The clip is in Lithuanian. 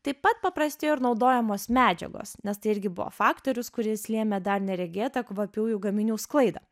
taip pat paprastėjo ir naudojamos medžiagos nes tai irgi buvo faktorius kuris lėmė dar neregėtą kvapiųjų gaminių sklaidą